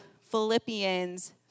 Philippians